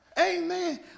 Amen